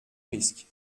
risque